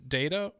data